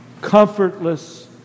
comfortless